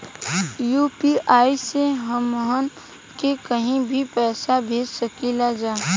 UPI से हमहन के कहीं भी पैसा भेज सकीला जा?